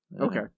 Okay